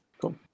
Cool